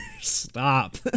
Stop